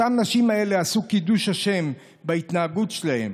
אותן נשים עשו קידוש השם בהתנהגות שלהן.